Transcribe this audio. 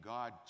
God